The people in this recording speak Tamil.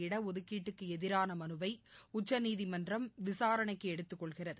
இடஒதுக்கீட்டுக்குஎதிரனாமனுவைஉச்சநீதிமன்றம் இன்றுவிசாரணைக்குஎடுத்துக் கொள்கிறது